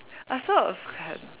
I